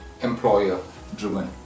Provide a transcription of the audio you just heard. employer-driven